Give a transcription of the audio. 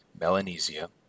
Melanesia